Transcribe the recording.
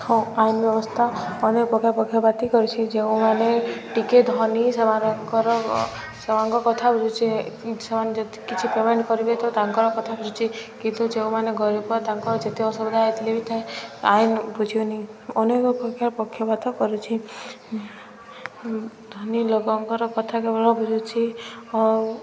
ହଁ ଆଇନ ବ୍ୟବସ୍ଥା ଅନେକ ପ୍ରକାର ପକ୍ଷପାତି କରୁଛି ଯେଉଁମାନେ ଟିକିଏ ଧନୀ ସେମାନଙ୍କର ସେମାନଙ୍କ କଥା ବୁଝୁଛି ସେମାନେ ଯଦି କିଛି ପେମେଣ୍ଟ୍ କରିବେ ତ ତାଙ୍କର କଥା ବୁଝୁଛି କିନ୍ତୁ ଯେଉଁମାନେ ଗରିବ ତାଙ୍କର ଯେତେ ଅସୁବିଧା ହୋଇଥିଲେ ବି ଥାଏ ଆଇନ ବୁଝୁନି ଅନେକ ପ୍ରକାର ପକ୍ଷପାତ କରୁଛି ଧନୀ ଲୋକଙ୍କର କଥା କେବଳ ବୁଝୁଛି ଆଉ